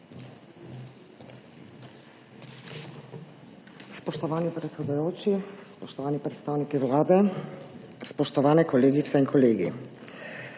Spoštovani predsedujoči, spoštovani predstavniki Vlade, spoštovani kolegice in kolegi!